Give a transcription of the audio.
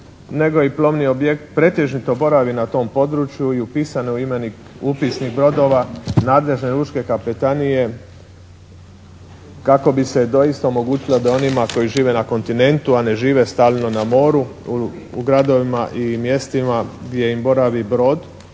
nego i plovni objekt pretežito boravi na tom području i upisano je u imenik, upisnik brodova nadležne lučke kapetanije kako bi se doista omogućilo da onima koji žive na kontinentu, a ne žive stalno na moru, u gradovima i mjestima gdje im boravi brod